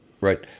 Right